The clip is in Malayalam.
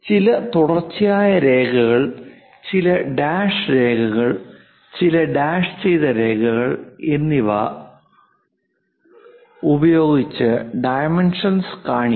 ചില തുടർച്ചയായ രേഖകൾ ചില ഡാഷ് ഡോട്ട് രേഖകൾ ചില ഡാഷ് ചെയ്ത രേഖകൾ എന്നിവ ഉപയോഗിച്ച് ഡൈമെൻഷൻസ് കാണിക്കാം